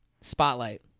Spotlight